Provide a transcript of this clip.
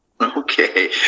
Okay